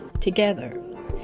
together